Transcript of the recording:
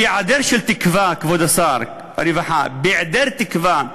בהיעדר תקווה, כבוד שר הרווחה, בהיעדר תקווה,